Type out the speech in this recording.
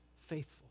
faithful